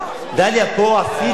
דליה, פה עשיתי כבר.